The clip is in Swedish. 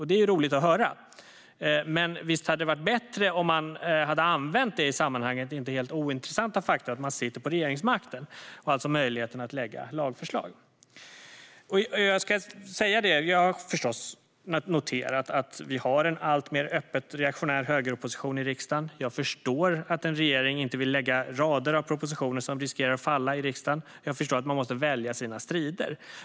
Det är roligt att höra. Men visst hade det varit bättre om de använde det i sammanhanget inte ointressanta faktumet att de sitter på regeringsmakten och alltså har möjligheten att lägga fram lagförslag? Jag har förstås noterat att vi har en alltmer öppet reaktionär högeropposition i riksdagen. Jag förstår att en regering inte vill lägga fram rader av propositioner som riskerar att falla i riksdagen. Jag förstår att man måste välja sina strider.